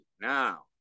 Now